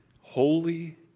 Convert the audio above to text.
holy